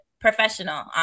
professional